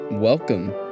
Welcome